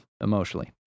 emotionally